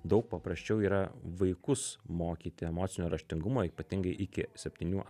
daug paprasčiau yra vaikus mokyti emocinio raštingumo ypatingai iki septynių